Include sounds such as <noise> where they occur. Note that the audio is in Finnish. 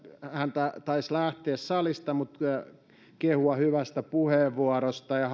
hän taisi lähteä salista kehua hyvästä puheenvuorosta ja <unintelligible>